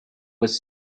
was